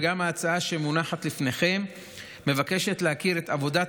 וגם ההצעה שמונחת לפניכם מבקשת להכיר את עבודת